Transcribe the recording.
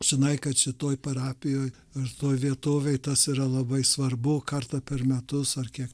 žinai kad šitoj parapijoj ar toj vietovėj tas yra labai svarbu kartą per metus ar kiek